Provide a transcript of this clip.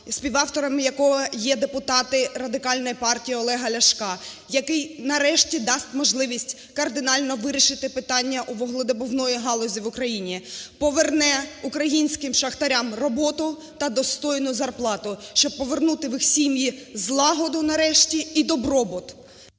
співавторами якого є депутати Радикальної партії Олега Ляшка, який нарешті дасть можливість кардинально вирішити питання у вуглевидобувній галузі України, поверне українським шахтарям роботу та достойну зарплату, щоб повернути в їх сім'ї злагоду нарешті і добробут.